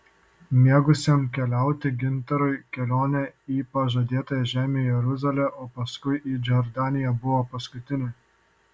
mėgusiam keliauti gintarui kelionė į pažadėtąją žemę jeruzalę o paskui į jordaniją buvo paskutinė